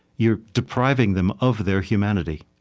you're depriving them of their humanity.